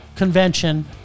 convention